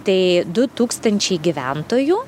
tai du tūkstančiai gyventojų